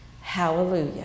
hallelujah